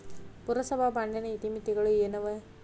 ಪುರಸಭಾ ಬಾಂಡಿನ ಇತಿಮಿತಿಗಳು ಏನವ?